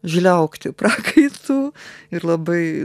žliaugti prakaitu ir labai